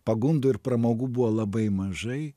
pagundų ir pramogų buvo labai mažai